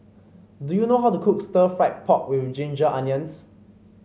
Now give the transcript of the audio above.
do you know how to cook Stir Fried Pork with Ginger Onions